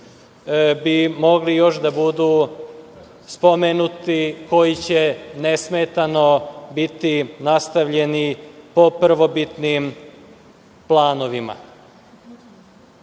bi mogli još da budu spomenuti, koji će nesmetano biti nastavljeni po prvobitnim planovima. Na